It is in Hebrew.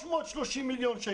בסכום של 330 מיליון שקלים,